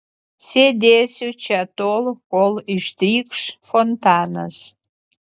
sėdėsiu čia tol kol ištrykš fontanas